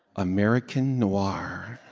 american noir